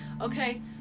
okay